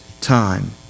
time